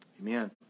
amen